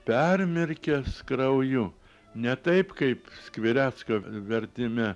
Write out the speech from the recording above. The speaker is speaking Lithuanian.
permirkęs krauju ne taip kaip skvirecko v vertime